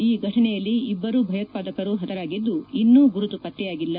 ಈ ಘಟನೆಯಲ್ಲಿ ಇಬ್ಲರು ಭಯೋತ್ವಾದಕರು ಹತರಾಗಿದ್ದು ಇನ್ನೂ ಗುರುತು ಪತ್ತೆಯಾಗಿಲ್ಲ